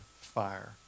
fire